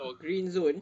oh green zone